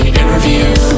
interview